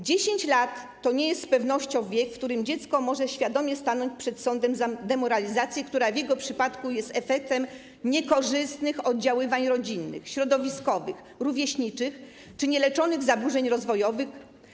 10 lat to nie jest z pewnością wiek, w którym dziecko może świadomie stanąć przed sądem za demoralizację, która w jego przypadku jest efektem niekorzystnych oddziaływań rodzinnych, środowiskowych, rówieśniczych czy nieleczonych zaburzeń rozwojowych.